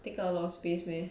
take up a lot of space meh